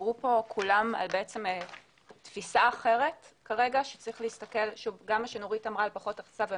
זאת תפיסה אחרת שצריך להסתכל על שינוי